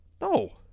No